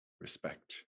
respect